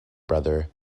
brother